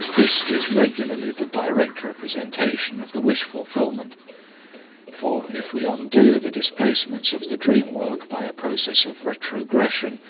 this is regularly the direct representation of the wish-fulfillment for, if we undo the displacements of the dream-work by a process of retrogression,